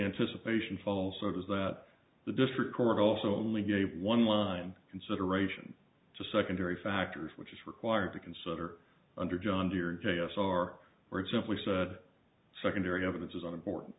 anticipation falls so does that the district court also only gave one line consideration to secondary factors which is required to consider under john deere j s r for example secondary evidence is unimportant